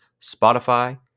Spotify